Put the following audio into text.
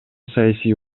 саясий